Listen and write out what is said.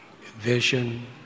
vision